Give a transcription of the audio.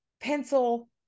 pencil